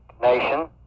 Nation